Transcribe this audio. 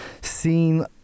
seen